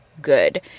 good